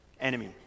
enemy